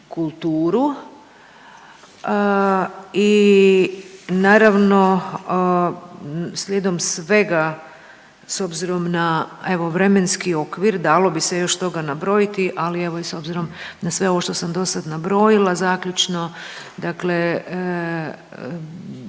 kulturu. I naravno slijedom svega s obzirom na evo vremenski okvir dalo bise još toga nabrojiti, ali evo i s obzirom na sve ovo što sam dosad nabrojila zaključno dakle